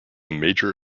major